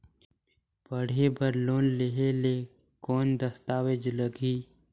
पढ़े बर लोन लहे ले कौन दस्तावेज लगही?